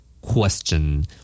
Question